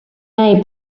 made